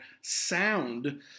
sound